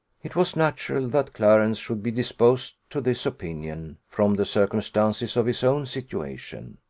it was natural that clarence should be disposed to this opinion, from the circumstances of his own situation.